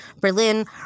Berlin